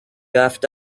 left